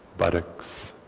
buttocks,